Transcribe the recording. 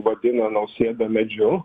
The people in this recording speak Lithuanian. vadina nausėdą medžiu